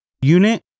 unit